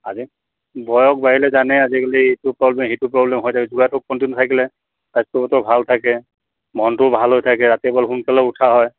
আজি বয়স বাাঢ়িলে জানেই আজিকালি ইটো প্ৰব্লেম সিটো প্ৰব্লেম হৈ থাকে যোগাটো কণ্টিনিউ থাকিলে স্বাস্থ্য়টো ভাল থাকে মনটোও ভাল হৈ থাকে ৰাতিপুৱা সোনকালে উঠা হয়